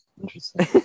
Interesting